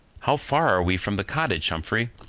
how far are we from the cottage, humphrey?